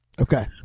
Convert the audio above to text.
Okay